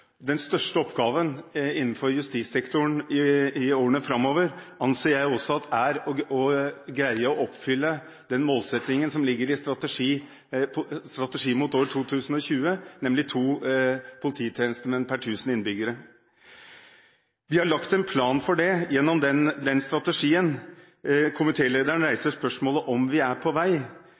den største oppgaven innenfor justissektoren i årene framover er å greie å oppfylle den målsettingen som ligger i strategien mot år 2020, nemlig to polititjenestemenn per 1 000 innbygger. Vi har lagt en plan for det gjennom denne strategien. Komitélederen reiser spørsmålet om vi er på vei.